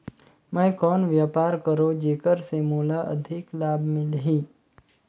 मैं कौन व्यापार करो जेकर से मोला अधिक लाभ मिलही?